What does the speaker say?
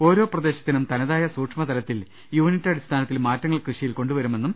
ഓരോ പ്രദേശത്തിനും തനതായ സൂക്ഷ്മതലത്തിൽ യൂണിറ്റ് അടിസ്ഥാനത്തിൽ മാറ്റങ്ങൾ കൃഷിയിൽ കൊണ്ടുവരും